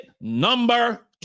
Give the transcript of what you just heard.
number